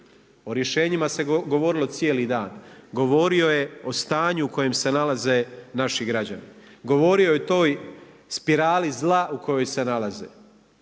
O rješenjima se govorilo cijelo dan. Govorio je o stanju u kojem se nalaze naši građani, govorio je o toj spirali zla u kojoj se nalaze.